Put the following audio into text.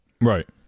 Right